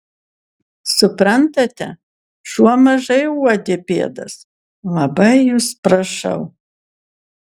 suprantate šuo mažai uodė pėdas labai jus prašau